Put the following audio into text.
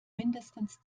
mindestens